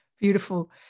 Beautiful